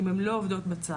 אם הן לא עובדות בצהרון,